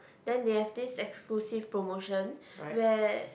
then they have this exclusive promotion where